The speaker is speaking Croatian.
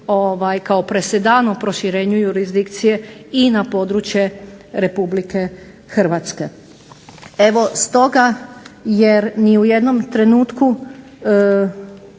kao presedan o proširenju jurisdikcije i na područje RH. Evo stoga jer ni u jednom trenutku